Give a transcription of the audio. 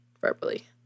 verbally